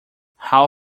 how